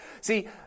See